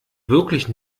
wirklich